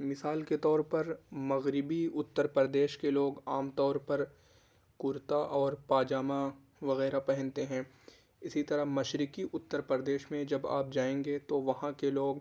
مثال کے طور پر مغربی اُتّر پردیش کے لوگ عام طور پر کرتا اور پاجامہ وغیرہ پہنتے ہیں اسی طرح مشرقی اتر پردیش میں جب آپ جائیں گے تو وہاں کے لوگ